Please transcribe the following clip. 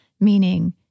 meaning